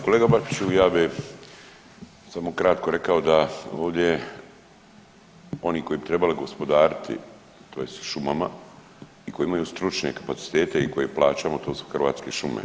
Kolega Bačiću, ja bih samo kratko rekao da ovdje oni koji bi trebali gospodariti tj. šumama i koji imaju stručne kapacitete i koje plaćamo, to su Hrvatske šume.